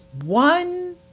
one